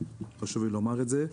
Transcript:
חשוב לי לומר את זה.